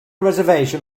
reservation